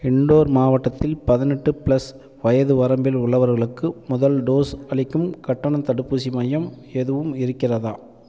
indoor மாவட்டத்தில் பதினெட்டு plus வயது வரம்பில் உள்ளவர்களுக்கு முதல் டோஸ் அளிக்கும் கட்டணத் தடுப்பூசி மையம் எதுவும் இருக்கிறதா